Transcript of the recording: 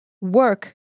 work